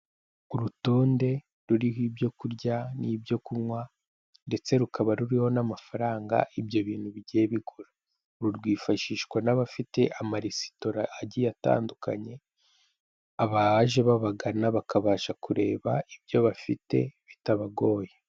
Urutonde ruriho ibyo kurya n'ibyo kunywa ndetse rukaba ruriho n'amafaranga ibyo bintu bigiye bigura. Uru rwifashishwa n'abafite amaresitora agiye atandukanye abaje babagana bakabasha kurebe ibyo bafite bitabagoye.